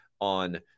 on